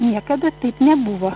niekada taip nebuvo